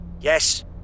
Yes